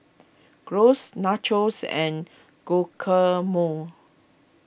Gyros Nachos and Guacamole